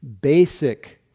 basic